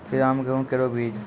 श्रीराम गेहूँ केरो बीज?